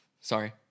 Sorry